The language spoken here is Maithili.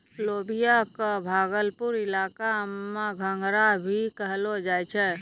लोबिया कॅ भागलपुर इलाका मॅ घंघरा भी कहलो जाय छै